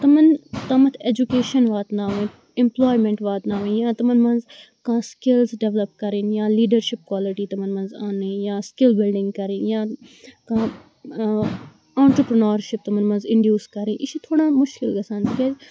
تِمَن تامَتھ ایٚجوکیشَن واتناوٕنۍ ایٚمپٕلایمیٚنٹ واتناوٕنۍ یا تمَن منٛز کانٛہہ سکِلٕز ڈیٚولَپ کَرٕنۍ یا لِیڈَرشِپ کالِٹی تِمَن منٛز انٕنۍ یا سِکِل بِلڈِنگ کَرٕنۍ یا کانٛہہ آنٹرپرنرشِپ تِمَن منٛز اِنڈیوٗس کَرٕںۍ یہِ چھِ تھوڑا مُشکِل گَژھان تِکیاز